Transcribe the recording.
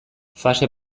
fase